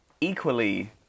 Equally